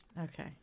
Okay